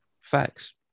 Facts